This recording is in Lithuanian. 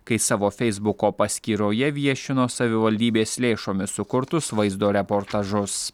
kai savo feisbuko paskyroje viešino savivaldybės lėšomis sukurtus vaizdo reportažus